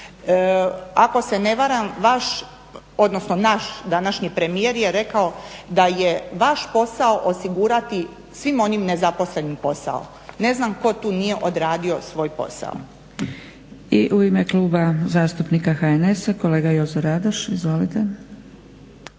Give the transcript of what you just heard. Ako se ne varam vaš odnosno naš današnji premijer je rekao da je vaš posao osigurati svim onim nezaposlenima posao. Ne znam tko tu nije odradio svoj posao. **Zgrebec, Dragica (SDP)** I u ime kluba zastupnika HNS-a kolega Jozo Radoš. Izvolite.